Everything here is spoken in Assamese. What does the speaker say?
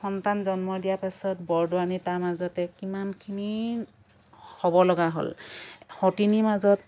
সন্তান জন্ম দিয়া পাছত বৰদোৱানীৰ তাৰ মাজতে কিমানখিনি হ'ব লগা হ'ল সতিনীৰ মাজত